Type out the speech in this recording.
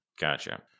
Gotcha